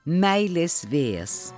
meilės vėjas